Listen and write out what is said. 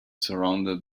surrounded